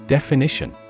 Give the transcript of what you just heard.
Definition